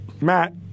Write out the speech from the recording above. Matt